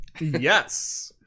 Yes